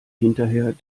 hinterher